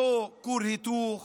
לא כור היתוך